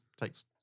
takes